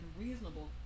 reasonable